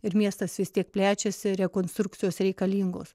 ir miestas vis tiek plečiasi rekonstrukcijos reikalingos